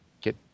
get